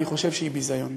אני חושב שזה ביזיון.